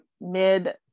mid